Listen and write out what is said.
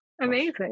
Amazing